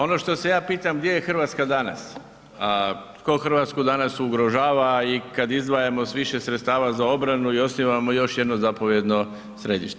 Ono što se ja pitam gdje je Hrvatska danas, tko Hrvatsku danas ugrožava i kad izdvajamo više sredstava za obranu i osnivamo još jedno zapovjedno središte.